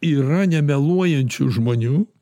yra nemeluojančių žmonių